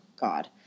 God